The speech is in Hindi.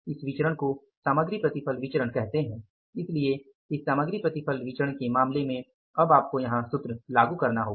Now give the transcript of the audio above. इस विचरण को सामग्री प्रतिफल विचरण कहते हैं इसलिए इस सामग्री प्रतिफल विचरण के मामले में अब आपको यहां सूत्र लागू करना होगा